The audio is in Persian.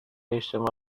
اجتماع